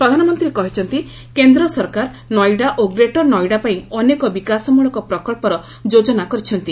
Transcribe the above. ପ୍ରଧାନମନ୍ତ୍ରୀ କହିଛନ୍ତି କେନ୍ଦ୍ର ସରକାର ନୋଇଡା ଓ ଗ୍ରେଟର ନୋଇଡା ପାଇଁ ଅନେକ ବିକାଶ ମୂଳକ ପ୍ରକ୍ସର ଯୋଜନା କରିଛନ୍ତି